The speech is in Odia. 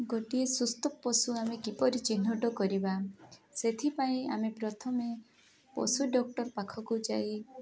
ଗୋଟିଏ ସୁସ୍ଥ ପଶୁ ଆମେ କିପରି ଚିହ୍ନଟ କରିବା ସେଥିପାଇଁ ଆମେ ପ୍ରଥମେ ପଶୁ ଡ଼କ୍ଟର ପାଖକୁ ଯାଇ